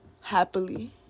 happily